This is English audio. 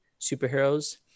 superheroes